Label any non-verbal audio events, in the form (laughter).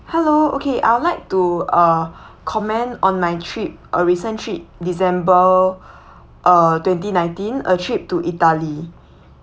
hello okay I would like to uh comment on my trip a recent trip december (breath) uh twenty nineteen a trip to italy